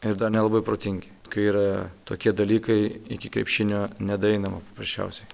ir dar nelabai protingi kai yra tokie dalykai iki krepšinio nedaeinama paprasčiausiai